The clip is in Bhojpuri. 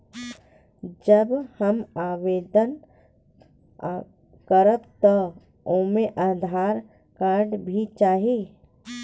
जब हम आवेदन करब त ओमे आधार कार्ड भी चाही?